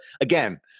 again